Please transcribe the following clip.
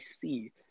see